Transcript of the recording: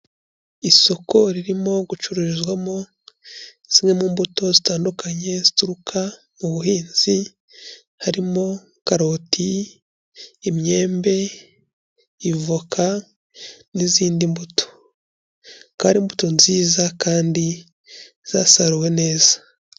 Isoko ririmo gucururizwamo zimwe mu mbuto zitandukanye zituruka mu buhinzi, harimo karoti, imyembe, ivoka n'izindi mbuto, akaba ari imbuto nziza kandi zasaruwe neza.